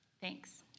Thanks